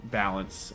balance